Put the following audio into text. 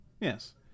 Yes